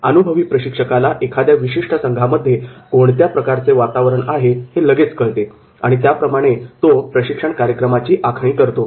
अनुभवी प्रशिक्षकाला एखाद्या विशिष्ट संघांमध्ये कोणत्या प्रकारचे वातावरण आहे हे लगेच कळते आणि त्याप्रमाणे तो प्रशिक्षण कार्यक्रमाची आखणी करतो